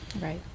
Right